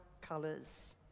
colours